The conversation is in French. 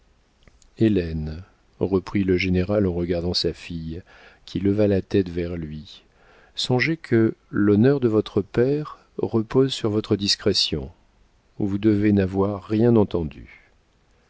reprit le général en regardant sa fille qui leva la tête vers lui songez que l'honneur de votre père repose sur votre discrétion vous devez n'avoir rien entendu